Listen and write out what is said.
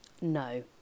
No